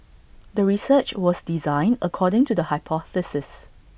the research was designed according to the hypothesis